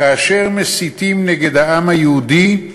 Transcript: כאשר מסיתים נגד העם היהודי,